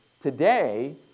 Today